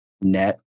net